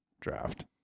draft